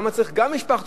למה צריך גם משפחתונים,